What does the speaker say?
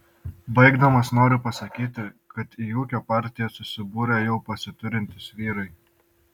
baigdamas noriu pasakyti kad į ūkio partiją susibūrė jau pasiturintys vyrai